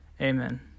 Amen